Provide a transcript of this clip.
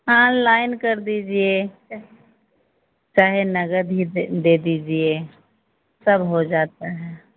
online कर दीजिए चाहे नकद ही दे दे दीजिए सब हो जाता है